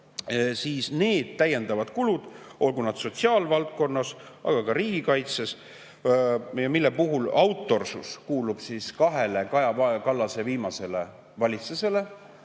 siis need täiendavad kulud, olgu nad sotsiaalvaldkonnas või ka riigikaitses, mille puhul autorsus kuulub Kaja Kallase kahele viimasele valitsusele